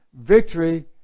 victory